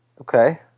Okay